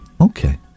Okay